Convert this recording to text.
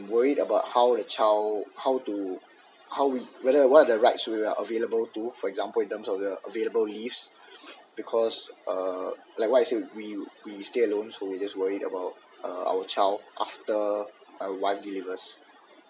worried about how the child how to how whether gonna what the rights that we are available to for example in terms of available leaves because uh like what I say we we stay alone so we just worried about uh our child after my wife delivers